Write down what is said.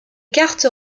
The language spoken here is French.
cartes